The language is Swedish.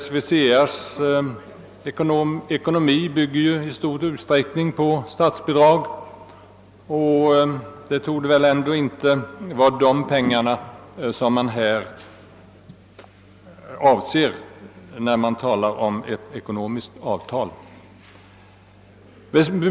SVCR:s ekonomi bygger ju i stor utsträckning på statsbidrag, och det torde väl ändå inte vara de pengarna man avser när man talar om ett ekonomiskt avtal.